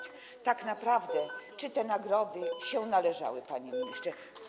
Czy tak naprawdę te nagrody się należały, panie ministrze?